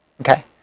Okay